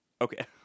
okay